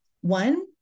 One